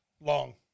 Long